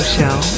Show